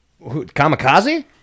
Kamikaze